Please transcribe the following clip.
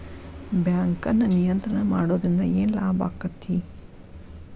ಬ್ಯಾಂಕನ್ನ ನಿಯಂತ್ರಣ ಮಾಡೊದ್ರಿಂದ್ ಏನ್ ಲಾಭಾಕ್ಕತಿ?